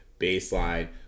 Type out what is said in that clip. baseline